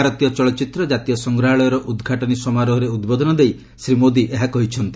ଭାରତୀୟ ଚଳଚ୍ଚିତ୍ର କ୍କାତୀୟ ସଂଗ୍ରହାଳୟର ଉଦ୍ଘାଟନୀ ସମାରୋହରେ ଉଦ୍ବୋଧନ ଦେଇ ଶ୍ରୀ ମୋଦି ଏହା କହିଛନ୍ତି